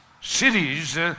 Cities